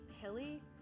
hilly